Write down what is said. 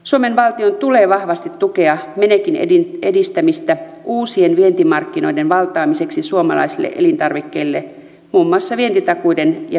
suomen valtion tulee vahvasti tukea menekin edistämistä uusien vientimarkkinoiden valtaamiseksi suomalaisille elintarvikkeille muun muassa vientitakuiden ja vientiluottojen kautta